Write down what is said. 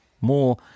more